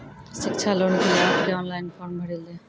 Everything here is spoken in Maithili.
शिक्षा लोन के लिए आप के ऑनलाइन फॉर्म भरी ले?